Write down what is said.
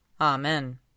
Amen